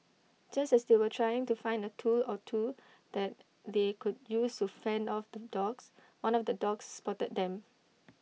just as they were trying to find A tool or two that they could use to fend off the dogs one of the dogs spotted them